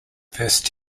first